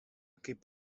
kaip